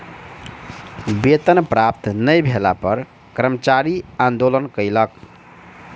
वेतन प्राप्त नै भेला पर कर्मचारी आंदोलन कयलक